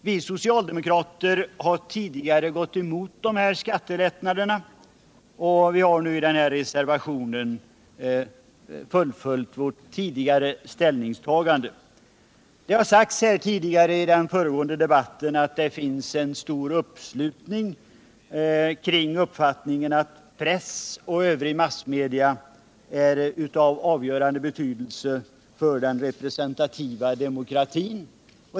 Vi socialdemokrater har tidigare gått emot dessa skattelättnader, och vi har i denna reservation fullföljt vårt tidigare ställningstagande. Det sades i den föregående debatten att det finns en stor uppslutning kring uppfattningen att press och övriga massmedia är av avgörande betydelse för den representativa demokratin.